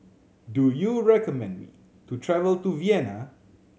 do you recommend me to travel to Vienna